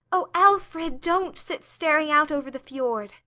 oh, alfred, don't sit staring out over the fiord!